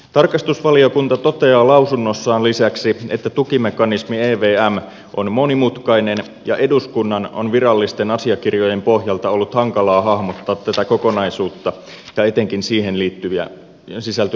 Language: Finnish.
tarkastusvaliokunta toteaa lausunnossaan lisäksi että tukimekanismi evm on monimutkainen ja eduskunnan on virallisten asiakirjojen pohjalta ollut hankalaa hahmottaa tätä kokonaisuutta ja etenkin siihen sisältyviä riskejä